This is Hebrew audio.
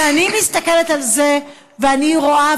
כשאני מסתכלת על זה ואני רואה,